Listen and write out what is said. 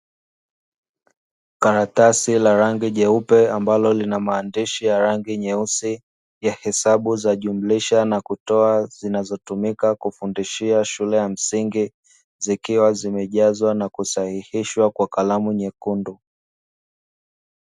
Karatasi la rangi jeupe ambalo lina maandishi ya rangi nyeusi, ya hesabu za jumlisha na kutoa, zinazotumika kufundishia shule ya msingi, zikiwa zimejazwa na kusahihishwa kwa kalamu nyekundu.